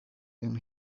than